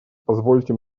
позвольте